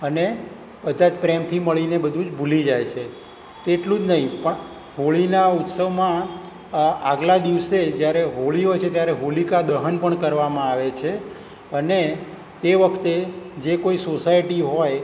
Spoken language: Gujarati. અને બધા જ પ્રેમથી મળીને બધું જ ભૂલી જાય છે તેટલુ જ નહીં પણ હોળીના ઉત્સવમાં આગલા દિવસે જ્યારે હોળી હોય છે ત્યારે હોલિકા દહન પણ કરવામાં આવે છે અને એ વખતે જે કોઈ સોસાયટી હોય